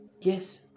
yes